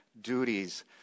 duties